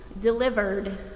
delivered